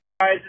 Guys